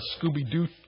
Scooby-Doo